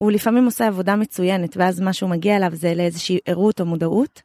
הוא לפעמים עושה עבודה מצויינת ואז מה שהוא מגיע אליו זה לאיזושהי ערות או מודעות